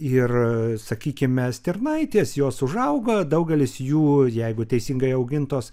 ir sakykime stirnaitės jos užauga daugelis jų jeigu teisingai augintos